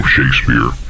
Shakespeare